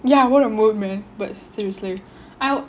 ya what a mood man but seriously I'll